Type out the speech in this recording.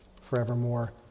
forevermore